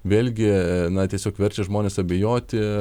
vėlgi na tiesiog verčia žmones abejoti